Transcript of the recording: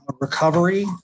recovery